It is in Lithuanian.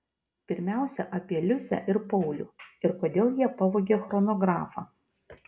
pirmiausia apie liusę ir paulių ir kodėl jie pavogė chronografą